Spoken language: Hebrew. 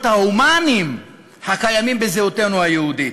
ההומניים הקיימים בזהותנו היהודית.